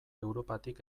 europatik